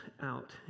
out